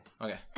Okay